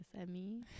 Emmy